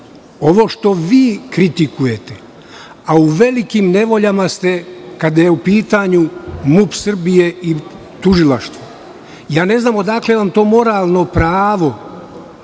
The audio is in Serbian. ovo što vi kritikujete, a u velikim nevoljama ste kada je u pitanju MUP Srbije i tužilaštvo. Ja ne znam odakle vam to moralno pravo,